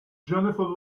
jennifer